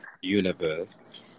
universe